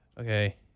okay